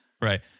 right